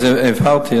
אז הבהרתי,